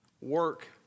work